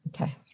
Okay